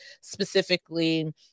specifically